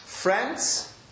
Friends